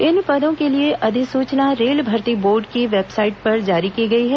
इन पदों के लिए अधिसूचना रेल भर्ती बोर्ड की वेबसाइट पर जारी की गई है